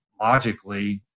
logically